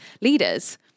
leaders